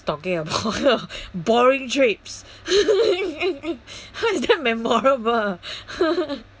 talking about your boring trips how is that memorable